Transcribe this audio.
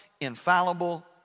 infallible